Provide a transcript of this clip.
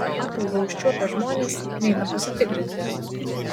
ataugą užčiuopę žmonės neina pasitikrinti